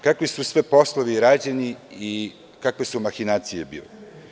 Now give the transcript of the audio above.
Kakvi su sve poslovi rađeni i kakve su mahinacije bile?